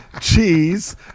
cheese